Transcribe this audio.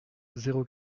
zéro